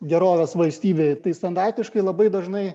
gerovės valstybei tai standartiškai labai dažnai